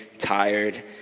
tired